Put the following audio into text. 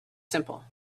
simple